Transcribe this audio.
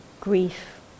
grief